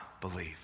believe